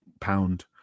pound